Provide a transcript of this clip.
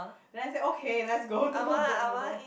then I say okay let's go to the boat noodle